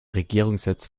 regierungssitz